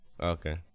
Okay